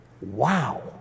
Wow